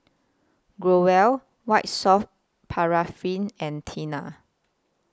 Growell White Soft Paraffin and Tena